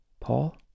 Paul